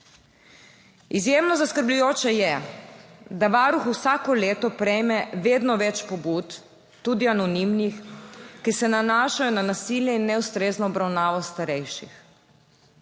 Izjemno zaskrbljujoče je, da Varuh vsako leto prejme vedno več pobud, tudi anonimnih, ki se nanašajo na nasilje in neustrezno obravnavo starejših.